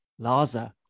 Laza